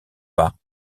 pas